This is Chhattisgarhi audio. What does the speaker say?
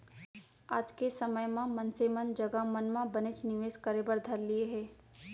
आज के समे म मनसे मन जघा मन म बनेच निवेस करे बर धर लिये हें